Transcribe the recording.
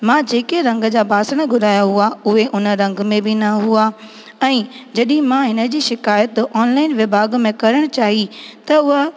मां जेके रंग जा बासण घुराया हुआ उहे हुन रंग में बि न हुआ ऐं जॾहिं मां हिनजी शिकायत ऑनलाइन विभाॻ में करणु चाहीं त उहा